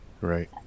right